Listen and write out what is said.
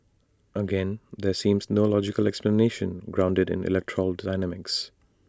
again there seems no logical explanation grounded in electoral dynamics